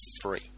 free